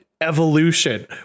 Evolution